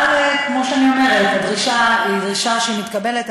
אבל כמו שאני אומרת, הדרישה היא דרישה שמתקבלת.